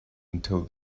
until